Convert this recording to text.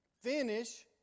finish